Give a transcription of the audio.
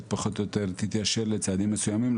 פחות או יותר תתיישר לצעדים מסוימים,